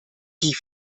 die